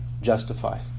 justify